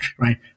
right